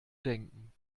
denken